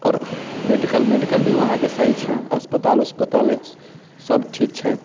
आओर medical medical भी वहाँके सही छै अस्पताल ओस्पताल सब ठीक छै